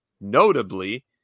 notably